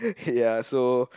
ya so